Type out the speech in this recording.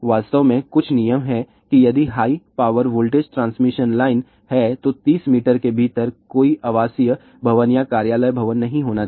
वास्तव में कुछ नियम हैं कि यदि high power voltage transmission line है तो 30 मीटर के भीतर कोई आवासीय भवन या कार्यालय भवन नहीं होना चाहिए